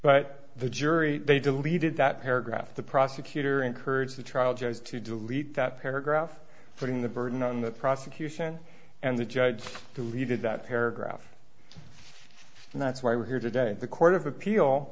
but the jury they deleted that paragraph the prosecutor encouraged the trial judges to delete that paragraph putting the burden on the prosecution and the judge to lead to that paragraph and that's why we're here today the court of appeal